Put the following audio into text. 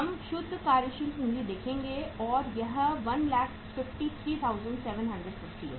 हम शुद्ध कार्यशील पूंजी देखेंगे और यह 153750 है